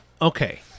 Okay